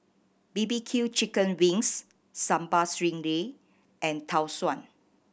bbq chicken wings Sambal Stingray and Tau Suan